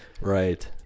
Right